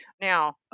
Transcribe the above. Now